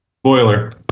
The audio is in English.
Spoiler